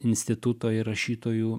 instituto ir rašytojų